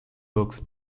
books